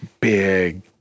big